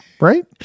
right